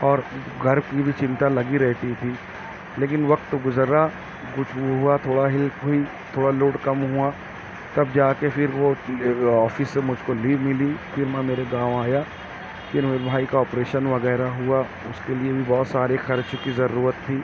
اور گھر کی بھی چنتا لگی رہتی تھی لیکن وقت گزرا کچھ وہ ہوا تھوڑا ہیلپ ہوئی تھوڑا لوڈ کم ہوا تب جا کے پھر وہ آفس سے مجھ کو لیو ملی پھر میں میرے گاؤں آیا پھر میرے بھائی کا آپریشن وغیرہ ہوا اس کے لیے بھی بہت ساری خرچ کی ضرورت تھی